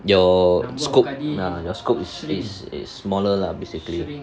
your scope ya your scope is is smaller lah basically